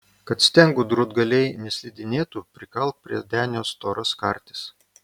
kad stengų drūtgaliai neslidinėtų prikalk prie denio storas kartis